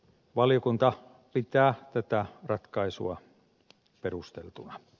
valiokunta pitää tätä ratkaisua perusteltuna